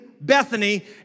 Bethany